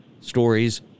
stories